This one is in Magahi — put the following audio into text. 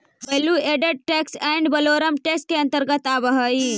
value added tax ad valorem tax के अंतर्गत आवऽ हई